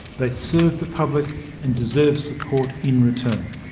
they serve the public and deserve support in return.